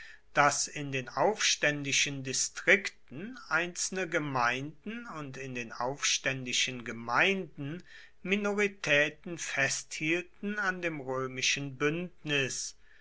daß in den aufständischen distrikten einzelne gemeinden und in den aufständischen gemeinden minoritäten festhielten an dem römischen bündnis